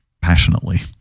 passionately